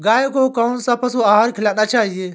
गाय को कौन सा पशु आहार खिलाना चाहिए?